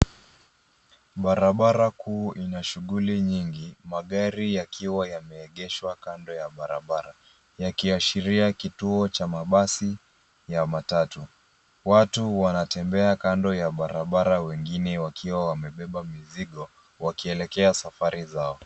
Barabara kuu lina shughuli nyingi magari yakiwa Yameegeshwa kando ya barabara yakiashiria kituo cha mabasi ya matatu. Watu wanatembea kando ya barabara wengine wakiwa wamebeba mizigo wakielekeza safari zao.